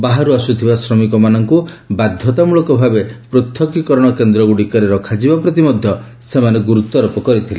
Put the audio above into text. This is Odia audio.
ବାହାରୁ ଆସୁଥିବା ଶ୍ରମିକମାନଙ୍କୁ ବାଧ୍ୟତାମୂଳକ ଭାବେ ପୃଥକୀକରଣ କେନ୍ଦ୍ରଗୁଡ଼ିକରେ ରଖାଯିବା ପ୍ରତି ମଧ୍ୟ ସେମାନେ ଗ୍ରରତ୍ୱାରୋପ କରିଥିଲେ